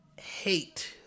hate